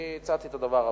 אני הצעתי את הדבר הבא: